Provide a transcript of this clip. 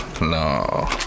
No